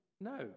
no